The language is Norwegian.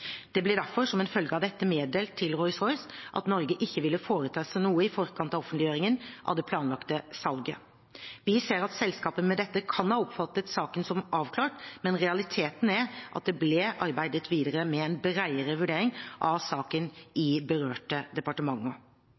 Det ble derfor som en følge av dette meddelt til Rolls-Royce at Norge ikke ville foreta seg noe i forkant av offentliggjøringen av det planlagte salget. Vi ser at selskapet med dette kan ha oppfattet saken som avklart, men realiteten er at det ble arbeidet videre med en bredere vurdering av saken i berørte departementer.